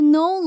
no